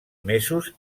mesos